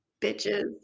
bitches